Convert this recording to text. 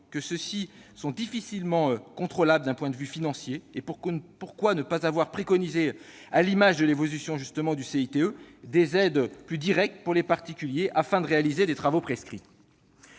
que ces derniers sont difficilement contrôlables d'un point de vue financier. Pourquoi ne pas avoir préconisé, à l'image de l'évolution du CITE, justement, des aides plus directes pour encourager les particuliers à réaliser les travaux prescrits ?